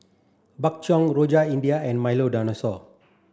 Bak Chang Rojak India and Milo Dinosaur